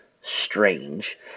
strange